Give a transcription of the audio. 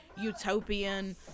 utopian